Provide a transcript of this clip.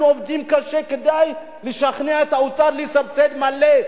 אנחנו עובדים קשה כדי לשכנע את האוצר לסבסד מלא,